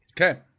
Okay